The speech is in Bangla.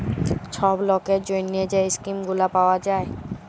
ছব লকের জ্যনহে যে ইস্কিম গুলা পাউয়া যায়